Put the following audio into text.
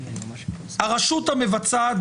הרשות המבצעת,